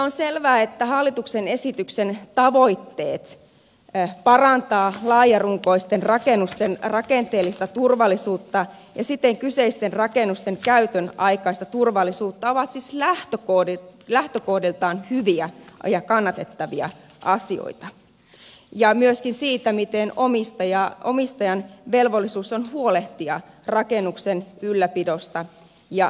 on selvää että hallituksen esityksen tavoitteet parantaa laajarunkoisten rakennusten rakenteellista turvallisuutta ja siten kyseisten rakennusten käytön aikaista turvallisuutta ovat siis lähtökohdiltaan hyviä ja kannatettavia asioita myöskin se miten omistajan velvollisuus on huolehtia rakennuksen ylläpidosta ja turvallisuudesta